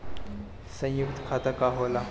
सयुक्त खाता का होला?